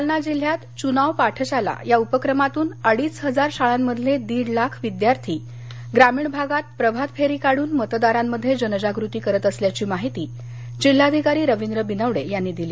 जालना जिल्ह्यात चूनाव पाठशालां या उपक्रमातून अडीच हजार शाळांमधले दीड लाख विद्यार्थी ग्रामीण भागात प्रभात फेरी काढून मतदारांमध्ये जनजागृती करत असल्याची माहिती जिल्हाधिकारी रवींद्र बिनवडे यांनी दिली